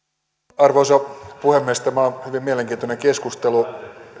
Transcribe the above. arvoisa puhemies tämä on hyvin mielenkiintoinen keskustelu